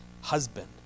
husband